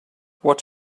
what